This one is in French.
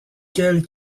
qu’elle